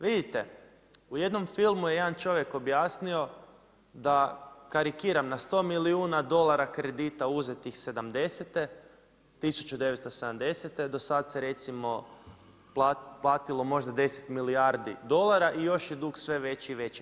Vidite u jednom filmu je jedan čovjek objasnio da karikiram na sto milijuna dolara kredita uzetih sedamdesete, 1970. do sad se recimo platilo možda 10 milijardi dolara i još je dug sve veći i veći.